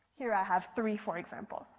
here i have three for example.